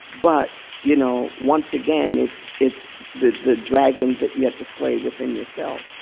but, you know, once again, it's it's the the dragons that you have to slay within yourself.